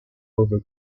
over